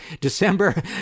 December